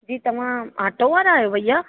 जी तव्हां आटो वारा आहियो भैया